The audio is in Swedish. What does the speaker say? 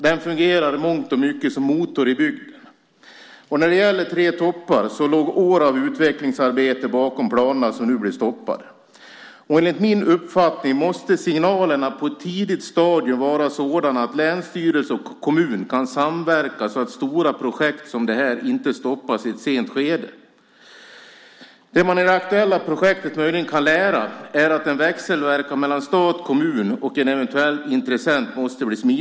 Den fungerar i mångt och mycket som motor i bygderna. När det gäller Tre toppar låg det år av utvecklingsarbete bakom planerna, som nu blir stoppade. Enligt min uppfattning måste signalerna på ett tidigt stadium vara sådana att länsstyrelse och kommun kan samverka så att stora projekt som detta inte stoppas i ett sent skede. Det man möjligen kan lära av det aktuella projektet är att det måste bli en smidigare växelverkan mellan stat, kommun och en eventuell intressent.